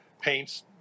paints